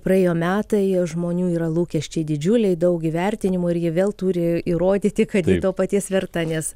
praėjo metai žmonių yra lūkesčiai didžiuliai daug įvertinimų ir ji vėl turi įrodyti kad ji to paties verta nes